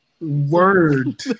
Word